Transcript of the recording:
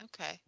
Okay